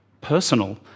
personal